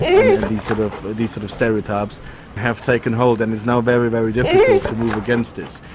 and then these sort of these sort of stereotypes have taken hold, and it's now very, very difficult to move against this.